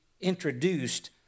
introduced